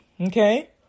Okay